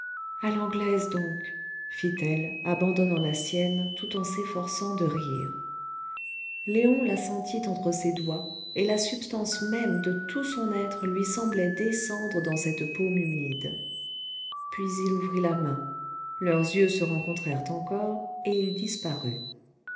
à l'anglaise donc fit-elle abandonnant la sienne tout en s'efforçant de rire léon la sentit entre ses doigts et la substance même de tout son être lui semblait descendre dans cette paume humide puis il ouvrit la main leurs yeux se rencontrèrent encore et il disparut